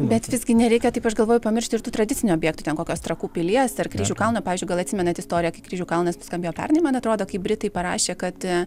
bet visgi nereikia taip aš galvoju pamiršti ir tų tradicinių objektų ten kokios trakų pilies ar kryžių kalno pavyzdžiui gal atsimenat istoriją kai kryžių kalnas nuskambėjo pernai man atrodo kaip britai parašė kad